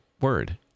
word